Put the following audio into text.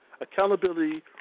accountability